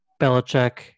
Belichick